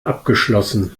abgeschlossen